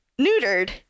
neutered